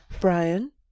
Brian